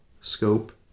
scope